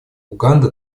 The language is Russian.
уганда